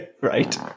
right